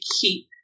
keep